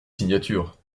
signatures